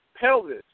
pelvis